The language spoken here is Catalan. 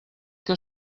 que